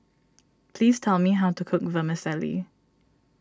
please tell me how to cook Vermicelli